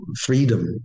freedom